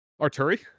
Arturi